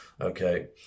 okay